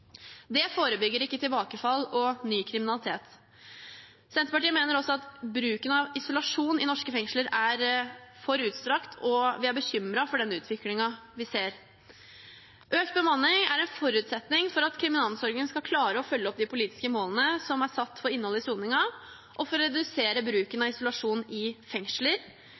Det forebygger ikke tilbakefall og ny kriminalitet. Senterpartiet mener også at bruken av isolasjon i norske fengsler er for utstrakt, og vi er bekymret for den utviklingen vi ser. Økt bemanning er en forutsetning for at kriminalomsorgen skal klare å følge opp de politiske målene som er satt for innholdet i soningen, og for å redusere bruken av isolasjon i fengsler.